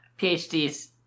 PhDs